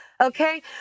Okay